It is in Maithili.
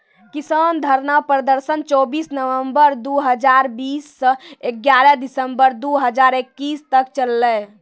किसान धरना प्रदर्शन चौबीस नवंबर दु हजार बीस स ग्यारह दिसंबर दू हजार इक्कीस तक चललै